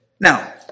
Now